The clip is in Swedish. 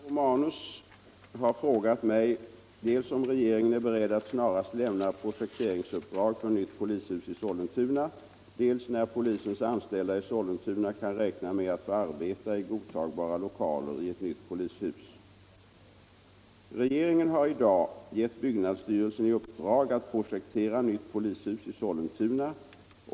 Herr talman! Herr Romanus har frågat mig dels om regeringen är beredd att snarast lämna projekteringsuppdrag för nytt polishus i Sollentuna, dels när polisens anställda i Sollentuna kan räkna med att få arbeta i godtagbara lokaler i ett nytt polishus. Regeringen har i dag gett byggnadsstyrelsen i uppdrag att projektera nytt polishus i Sollentuna.